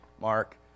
Mark